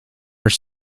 are